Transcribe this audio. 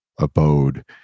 abode